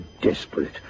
desperate